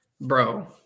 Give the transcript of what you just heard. bro